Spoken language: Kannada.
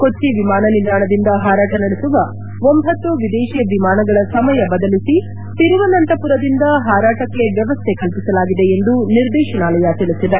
ಕೊಚ್ಚ ವಿಮಾನ ನಿಲ್ದಾಣದಿಂದ ಹಾರಾಟ ನಡೆಸುವ ಒಂಭತ್ತು ವಿದೇಶಿ ವಿಮಾನಗಳ ಸಮಯ ಬದಲಿಸಿ ತಿರುವನಂತಪುರದಿಂದ ಹಾರಾಟಕ್ಕೆ ವ್ಯವಸ್ಥೆ ಕಲ್ಪಿಸಲಾಗಿದೆ ಎಂದು ನಿರ್ದೇಶನಾಲಯ ತಿಳಿಸಿದೆ